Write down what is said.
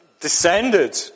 descended